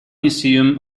museum